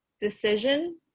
Decision